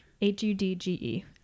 h-u-d-g-e